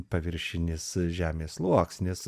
paviršinis žemės sluoksnis